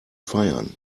feiern